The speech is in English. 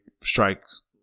strikes